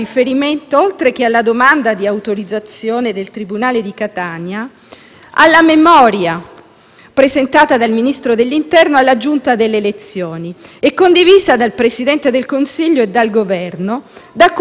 presentata dal Ministro dell'interno alla Giunta delle elezioni e condivisa dal Presidente del Consiglio e dal Governo, da cui emerge, però, che non c'è alcun pericolo del genere. Il tribunale di Catania scrive